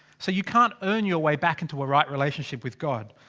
so you can't earn your way back into a right relationship with god.